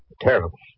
Terrible